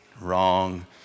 Wrong